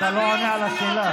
אתה לא עונה על השאלה.